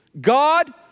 God